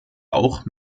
auch